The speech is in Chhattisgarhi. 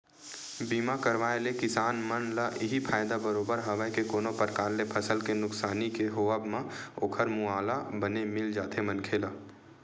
बीमा करवाय ले किसान मन ल इहीं फायदा बरोबर हवय के कोनो परकार ले फसल के नुकसानी के होवब म ओखर मुवाला बने मिल जाथे मनखे ला